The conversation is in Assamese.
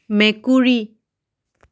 মেকুৰী